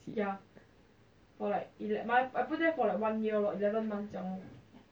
ya or like you like math I put there for like one year about eleven 猛将